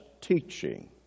teaching